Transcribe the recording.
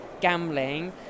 gambling